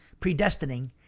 predestining